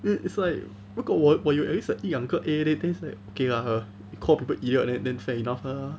it it's like 如果我我有 at least 一两个 A leh then it's like okay lah err call people idiot then then fair enough lah